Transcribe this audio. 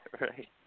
Right